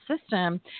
System